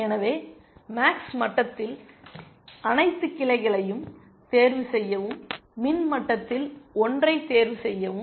எனவே மேக்ஸ் மட்டத்தில் அனைத்து கிளைகளையும் தேர்வு செய்யவும் மின் மட்டத்தில் 1 ஐத் தேர்வு செய்யவும்